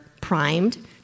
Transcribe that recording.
primed